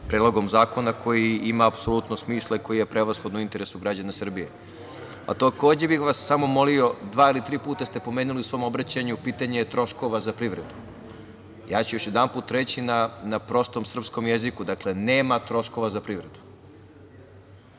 Predlogom zakona koji ima apsolutno smisla i koji je prevashodno u interesu građana Srbije. Takođe, bih vas samo molio dva ili tri puta ste pomenuli u svom obraćanju pitanje troškova za privredu. Ja ću još jedanput reći na prostom srpskom jeziku, dakle, nema troškova za privredu.